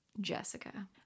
Jessica